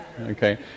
Okay